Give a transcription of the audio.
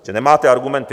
Že nemáte argumenty.